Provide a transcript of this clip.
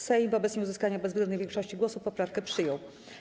Sejm wobec nieuzyskania bezwzględnej większości głosów poprawkę przyjął.